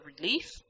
relief